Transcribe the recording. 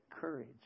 courage